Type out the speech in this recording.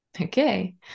Okay